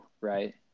right